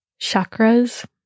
chakras